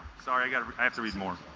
sorry i got after he's more